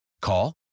Call